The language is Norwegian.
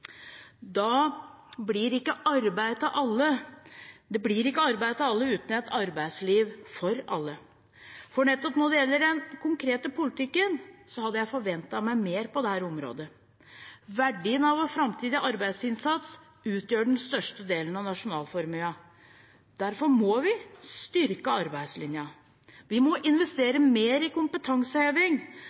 Det blir ikke arbeid til alle uten et arbeidsliv for alle. Nettopp når det gjelder den konkrete politikken, hadde jeg forventet meg mer på dette området. Verdien av vår framtidige arbeidsinnsats utgjør den største delen av nasjonalformuen. Derfor må vi styrke arbeidslinjen. Vi må investere mer i kompetanseheving.